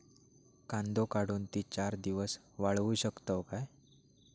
कांदो काढुन ती चार दिवस वाळऊ शकतव काय?